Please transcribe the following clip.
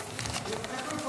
לפקח.